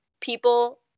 people